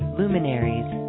luminaries